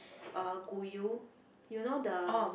uh guyu you know the